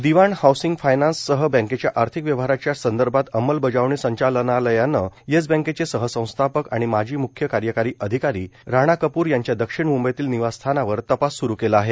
दिवाण housing finance सह बँकेच्या आर्थिक व्यवहाराच्या संदर्भात अंमलबजावणी संचालनालयानं येस बँकेचे सह संस्थापक आणि माजी म्ख्य कार्यकारी अधिकारी राणा कप्र यांच्या दक्षिण मूंबईतील निवास स्थानावर तपास सुरू केला आहे